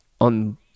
on